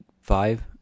five